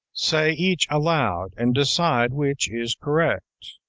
say each aloud, and decide which is correct,